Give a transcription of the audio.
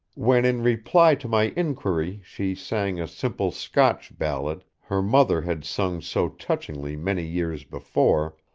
when in reply to my inquiry she sang a simple scotch ballad her mother had sung so touchingly many years before,